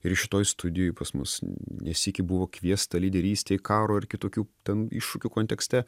ir šitoj studijoj pas mus ne sykį buvo kviesta lyderystei karo ir kitokių ten iššūkių kontekste